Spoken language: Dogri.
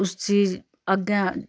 उसी अग्गै